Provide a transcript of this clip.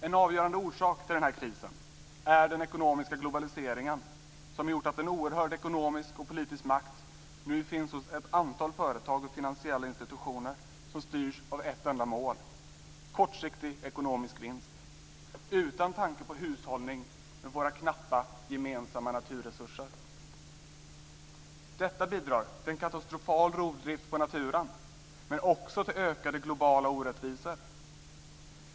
En avgörande orsak till den här krisen är den ekonomiska globaliseringen som har gjort att en oerhörd ekonomisk och politisk makt nu finns hos ett antal företag och finansiella institutioner som styrs av ett enda mål - kortsiktig ekonomisk vinst - utan tanke på hushållning med våra knappa gemensamma naturresurser. Detta bidrar till en katastrofal rovdrift på naturen, men också till ökade globala orättvisor.